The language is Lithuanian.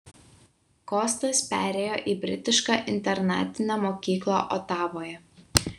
kostas perėjo į britišką internatinę mokyklą otavoje